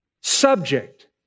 subject